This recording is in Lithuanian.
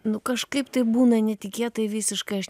nu kažkaip tai būna netikėtai visiškai aš